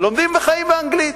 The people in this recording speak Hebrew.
לומדים וחיים באנגלית.